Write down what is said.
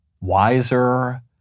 wiser